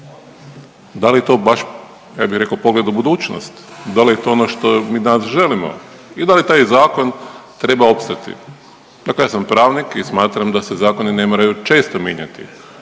ja bih rekao, pogled u budućnost? Da li je to ono što mi danas želimo i da li taj Zakon treba opstati? Dakle, ja sam pravnik i smatram da se zakoni ne moraju često mijenjati,